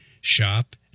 shop